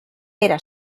era